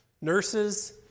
Nurses